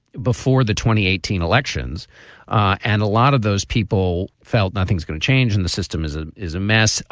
before the twenty eighteen elections and a lot of those people felt nothing's going to change and the system is ah is a mess.